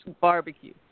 barbecue